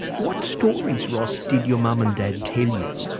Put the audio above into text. what stories ross, did your mum and dad tell you,